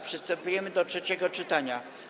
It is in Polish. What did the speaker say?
Przystępujemy do trzeciego czytania.